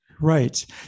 Right